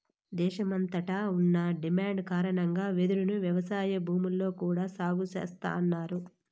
దేశమంతట ఉన్న డిమాండ్ కారణంగా వెదురును వ్యవసాయ భూముల్లో కూడా సాగు చేస్తన్నారు